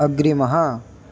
अग्रिमः